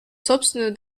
собственную